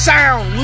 Sound